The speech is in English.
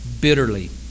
bitterly